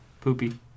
poopy